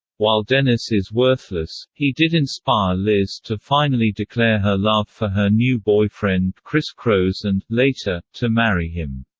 while dennis is worthless, he did inspire liz to finally declare her love for her new boyfriend criss chros and, later, to marry him.